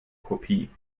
kopie